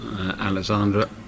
Alexandra